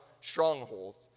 strongholds